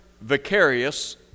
vicarious